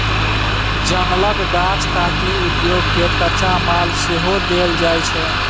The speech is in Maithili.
जंगलक गाछ काटि उद्योग केँ कच्चा माल सेहो देल जाइ छै